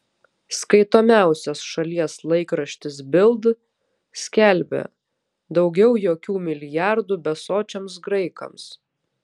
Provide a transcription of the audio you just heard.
skaitomiausias šalies laikraštis bild skelbia daugiau jokių milijardų besočiams graikams